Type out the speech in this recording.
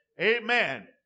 Amen